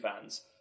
fans